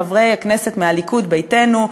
חברי הכנסת מהליכוד ביתנו,